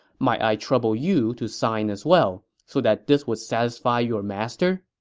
might i trouble you to sign as well, so that this would satisfy your master?